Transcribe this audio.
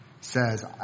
says